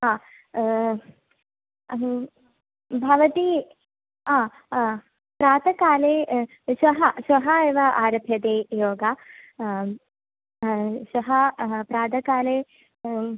भवती प्रातःकाले श्वः श्वः एव आरभ्यते योगा श्वः प्रातःकाले